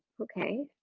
okay.